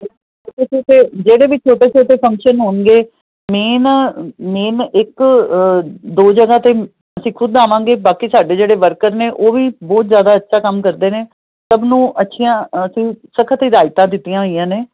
ਤੇ ਜਿਹੜੇ ਵੀ ਛੋਟੇ ਛੋਟੇ ਫੰਕਸ਼ਨ ਹੋਣਗੇ ਮੇਨ ਮੇਨ ਇੱਕ ਦੋ ਜਗ੍ਹਾ ਤੇ ਅਸੀਂ ਖੁਦ ਆਵਾਂਗੇ ਬਾਕੀ ਸਾਡੇ ਜਿਹੜੇ ਵਰਕਰ ਨੇ ਉਹ ਵੀ ਬਹੁਤ ਜ਼ਿਆਦਾ ਅੱਛਾ ਕੰਮ ਕਰਦੇ ਨੇ ਸਭ ਨੂੰ ਅੱਛੀਆਂ ਅਸੀ ਸਖਤ ਹਦਾਇਤਾਂ ਦਿੱਤੀਆਂ ਹੋਈਆਂ ਨੇ